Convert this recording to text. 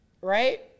right